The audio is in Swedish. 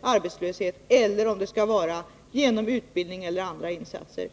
arbetslösa eller om det skall ske genom utbildning eller andra insatser.